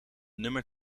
nummer